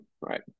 right